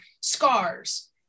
scars